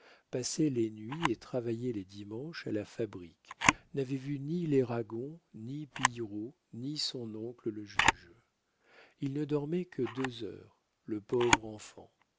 les nuits et travaillait les dimanches à la fabrique n'avait vu ni les ragon ni pillerault ni son oncle le juge il ne dormait que deux heures le pauvre enfant